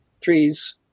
trees